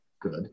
good